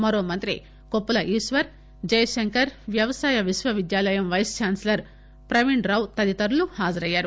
మరో మంత్రి కొప్పుల ఈశ్వర్ జయశంకర్ వ్యవసాయ విశ్వవిద్యాలయం పైస్ ఛాన్సలర్ ప్రవీణ్ రావు తదితరులు హాజరయ్యారు